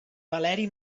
valeri